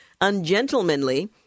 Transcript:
ungentlemanly